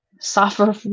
suffer